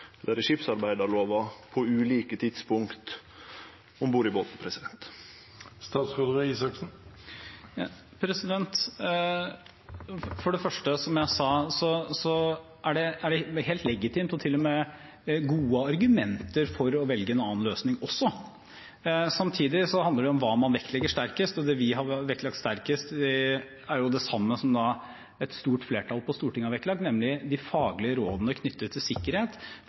på ulike tidspunkt om bord i båten? For det første: Som jeg sa, er det helt legitimt og til og med gode argumenter for å velge en annen løsning også. Samtidig handler det jo om hva man vektlegger sterkest. Det vi har vektlagt sterkest, er det samme som et stort flertall på Stortinget har vektlagt, nemlig de faglige rådene knyttet til sikkerhet